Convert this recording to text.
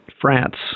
france